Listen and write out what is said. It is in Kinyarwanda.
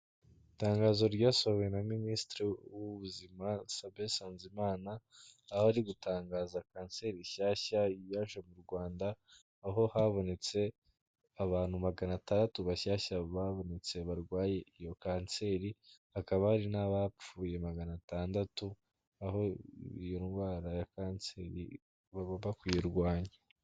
Itangazo ryasohowe na minisitiri w'ubuzima Sabin Nsanzimana, aho ari gutangaza kanseri nshyashya yaje mu Rwanda, aho habonetse abantu maganatandatu bashyashya babonetse barwaye iyo kanseri, hakaba hari n'abapfuye maganatandatu, aho iyo ndwara ya kanseri bagomba kwiyirwanya.